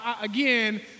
again